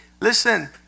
listen